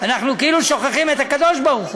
אנחנו כאילו שוכחים את הקב"ה.